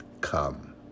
come